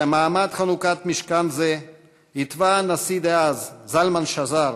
במעמד חנוכת משכן זה התווה הנשיא דאז, זלמן שזר,